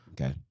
Okay